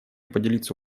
поделиться